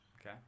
Okay